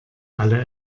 alle